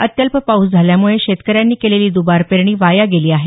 अत्यल्प पाऊस झाल्यामुळे शेतकऱ्यांनी केलेली दुबार पेरणी वाया गेली आहे